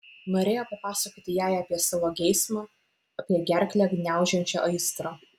norėjo papasakoti jai apie savo geismą apie gerklę gniaužiančią aistrą